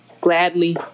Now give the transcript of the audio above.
gladly